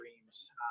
dreams